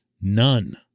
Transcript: None